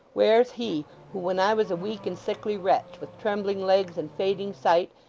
where's he who when i was a weak and sickly wretch, with trembling legs and fading sight,